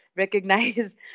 recognize